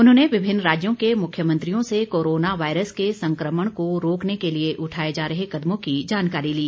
उन्होंने विभिन्न राज्यों के मुख्यमंत्रियों से कोरोना वायरस के संक्रमण को रोकने के लिए उठाए जा रहे कदमों की जानकारी ली